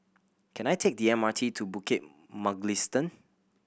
can I take the M R T to Bukit Mugliston